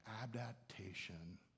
adaptation